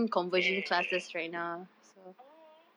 ya !aww!